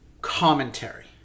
commentary